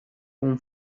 con